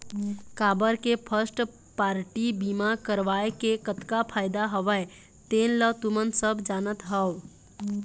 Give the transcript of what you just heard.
काबर के first party बीमा करवाय के कतका फायदा हवय तेन ल तुमन सब जानत हव